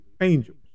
angels